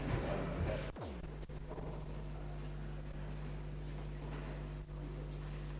Vid denna uppföljning kommer naturligtvis även det utländska materialet att bli föremål för granskning.